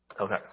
okay